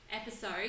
episode